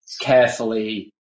carefully